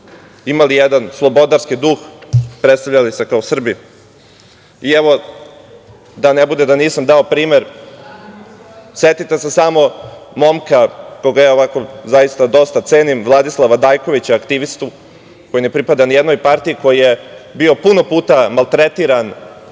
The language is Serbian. imali jedan slobodarski duh, predstavljali se kao Srbi. Evo, da ne bude da nisam dao primer, setite se samo momka koga ja dosta cenim, Vladislava Dajkovića aktivistu, koji ne pripada ni jednoj partiji, koji je bio puno puta maltretiran,